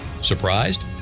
Surprised